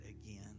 again